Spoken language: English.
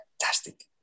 fantastic